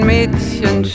Mädchen